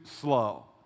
slow